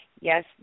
Yes